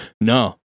No